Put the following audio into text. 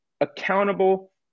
accountable